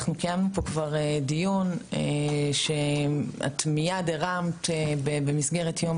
קיימת פה כבר דיון שאת מיד הרמת במסגרת יום